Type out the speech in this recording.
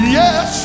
yes